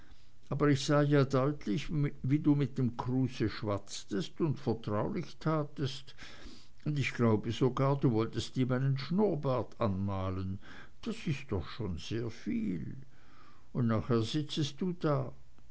aber ich sah ja deutlich wie du mit dem kruse schwatztest und vertraulich tatst und ich glaube sogar du wolltest ihm einen schnurrbart anmalen das ist doch schon sehr viel und nachher sitzt du da